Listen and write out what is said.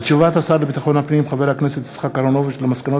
תשובת השר לביטחון פנים חבר הכנסת יצחק אהרונוביץ על מסקנות